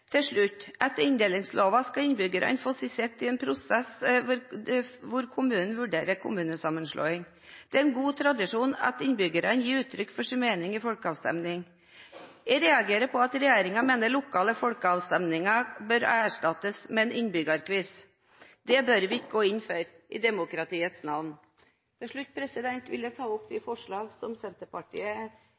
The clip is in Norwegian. Etter inndelingsloven skal innbyggerne få si sitt i en prosess hvor kommunen vurderer kommunesammenslåing. Det er en god tradisjon at innbyggerne gir uttrykk for sin mening i en folkeavstemning. Jeg reagerer på at regjeringen mener lokale folkeavstemninger bør erstattes med en innbyggerquiz. Det bør vi ikke gå inn for, i demokratiets navn. Jeg vil til slutt ta opp de forslag som Senterpartiet